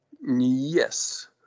Yes